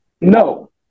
no